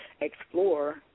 explore